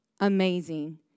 amazing